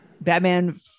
Batman